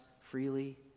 freely